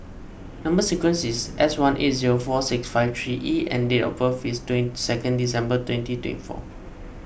Number Sequence is S one eight zero four six five three E and date of birth is twenty second December twenty two four